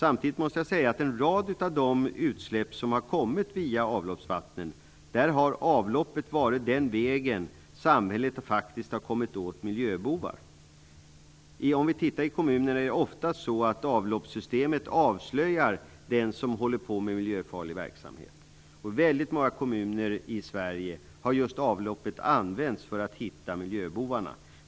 När det gäller en rad utsläpp från avloppsvattnen måste jag samtidigt säga att avloppssystemet varit den väg samhället kunnat gå för att faktiskt komma åt miljöbovar. I kommuner är det ofta just avloppssystemet som avslöjar den som håller på med miljöfarlig verksamhet. I väldigt många kommuner i Sverige har avloppet använts för att hitta miljöbovarna.